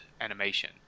animation